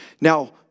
Now